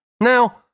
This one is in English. Now